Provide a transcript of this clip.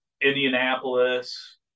Indianapolis